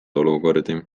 olukordi